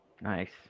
Nice